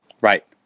Right